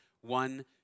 one